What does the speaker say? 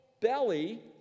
belly